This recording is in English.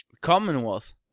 Commonwealth